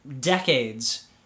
decades